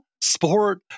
sport